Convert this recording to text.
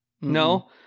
No